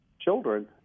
children